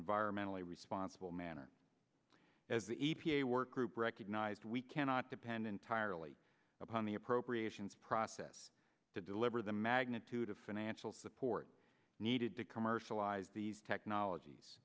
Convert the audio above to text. environmentally responsible manner as the e p a workgroup recognized we cannot depend entirely upon the appropriations process to deliver the magnitude of financial support needed to commercialize these technologies